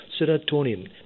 serotonin